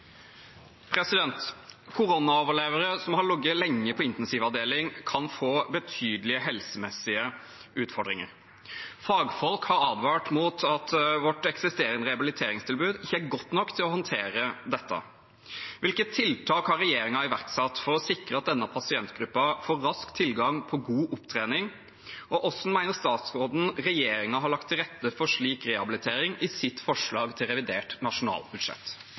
er. «Koronaoverlevere som har ligget på intensivavdeling, kan få betydelige helsemessige utfordringer. Fagfolk har advart om at vårt eksisterende rehabiliteringstilbud ikke er godt nok til å håndtere dette. Hvilke tiltak har regjeringen iverksatt for å sikre at denne pasientgruppen får rask tilgang på god opptrening, og hvordan mener statsråden regjeringen har lagt til rette for slik rehabilitering i sitt forslag til revidert nasjonalbudsjett?»